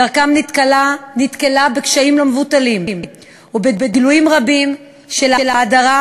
בדרכם הם נתקלו בקשיים לא מבוטלים ובגילויים רבים של הדרה,